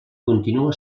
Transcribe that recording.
continua